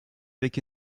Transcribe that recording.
avec